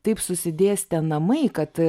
taip susidėsitę namai kad